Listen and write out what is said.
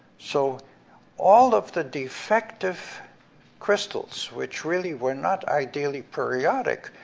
so all of the defective crystals, which really were not ideally periodic,